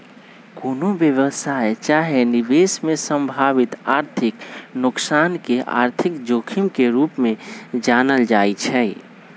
कोनो व्यवसाय चाहे निवेश में संभावित आर्थिक नोकसान के आर्थिक जोखिम के रूप में जानल जाइ छइ